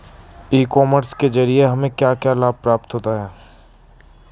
ई commerce के ज़रिए हमें क्या क्या लाभ प्राप्त होता है?